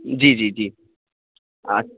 جی جی جی